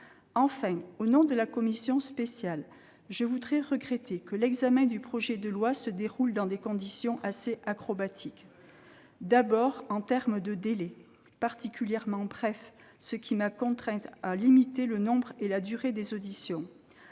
Enfin, au nom de la commission spéciale, je regrette que l'examen du projet de loi se déroule dans des conditions assez acrobatiques. Absolument ! D'abord, les délais sont particulièrement brefs, ce qui m'a contrainte à limiter le nombre et la durée des auditions.